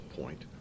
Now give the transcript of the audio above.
point